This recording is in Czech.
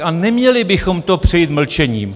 A neměli bychom to přejít mlčením.